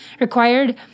required